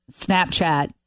Snapchat